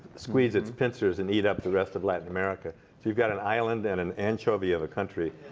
squeeze its pincers and eat up the rest of latin america. so you've got an island and an anchovy of a country,